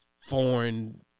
foreign